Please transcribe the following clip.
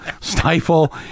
stifle